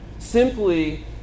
simply